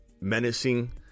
menacing